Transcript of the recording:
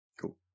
cool